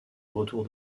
retour